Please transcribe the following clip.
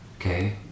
okay